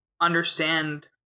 understand